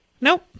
Nope